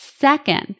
Second